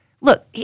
look